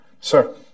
Sir